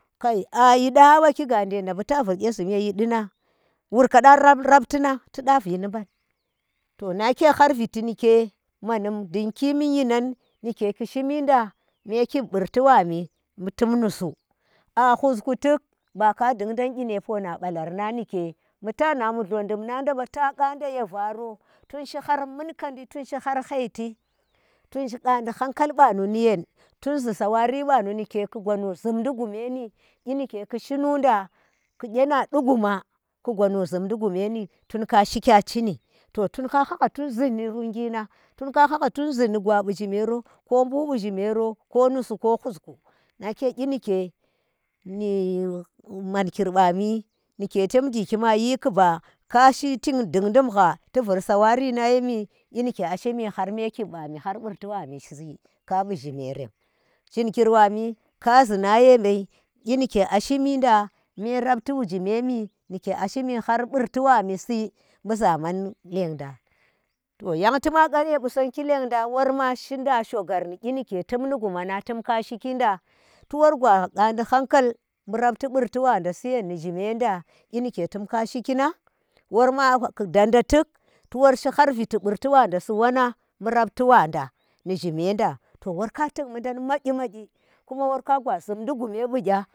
Kai a yiɗa ɓaki ganje nda mbu ta vur gye zhum ye yi di nang wur kada rab rafti nang tida vi ni ɓand to nake har viti nike manum dinki min nyinang nike ki shimi hda me kib burti wami ɓu tum nusu akhusku tuk ba ka dung dang yyi ne fona balar nan nike ɓu ta nha mullor ɗumnanda ɓa, to ƙwanda ye varo, tun shi har munkadi tunshi har munkandi tun shi har hai ti tunshi gandi hankal ɓanu ndi yene suu sawari ɓanu ndike ku gwa gwanu zhimdi gu me nu, inike ku shinu nda ku kye na ɗu guma ku gwanu zunndi guma, ku gwanu zumdi gumeni tun ka shikya cini to tun ka hhahga tun zee ndi runginang tun ka hanga tunzi ni gwabi zhi mero, ko mbu ɓ zhimero ko nusu ko khusku. Muke kyi nike ni mankir ɓami, ni ke tim jiki mayir kuba kashi ti dindonugha tu vur sawari na yemi kyi nike a shimi me mbe kib ɓami bu har ɓurti wami si kabi zhimeerem. Zhimkir wa mi kazi na yemi hyi nike a shimi nda me rafti wu zhi memi nike a shimi har burti wami si mbu zaman lendang to yang cema khar ye kusandi lendang wor ma shinnda shogar ni kyi ni gunanang tumka shiki da, tu wor gwa gaadi haukal bu rafti 1urti wada siye i zyimda. kyi nike tum ka shiki nang, worma ku dannda tuk to worshi har viti burti wada wanang bu rafti wanda ni zhimenda wor ka tik mudang mayyi magyi kuma wor ka gwa zhumadi guma ɓu ƙyang.